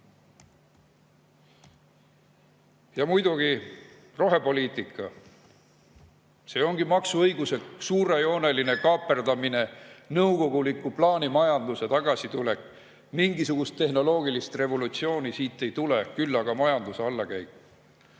muidugi rohepoliitika. See ongi maksuõiguse suurejooneline kaaperdamine, nõukoguliku plaanimajanduse tagasitulek. Mingisugust tehnoloogilist revolutsiooni siit ei tule, küll aga majanduse allakäik.